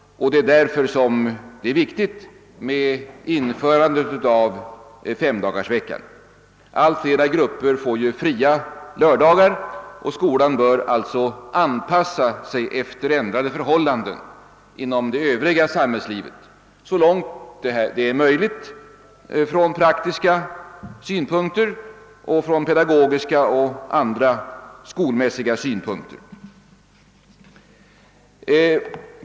Därför är det viktigt med införandet av femdagarsveckan. Allt flera grupper får fria lördagar, och skolan bör då anpassa sig efter ändrade förhållanden inom det övriga samhällslivet så långt det är möjligt från praktiska, pedagogiska och andra skolmässiga synpunkter.